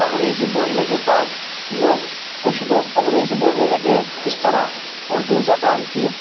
انگریزی بولنے کے بعد لوگ کچھ لوگ انگریزی بولنے لگے اس طرح اردو زبان کی